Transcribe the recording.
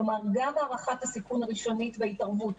כלומר גם הערכת הסיכון הראשונית וההתערבות,